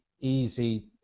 easy